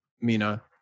Mina